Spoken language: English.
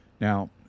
Now